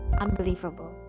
unbelievable